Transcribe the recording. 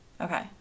Okay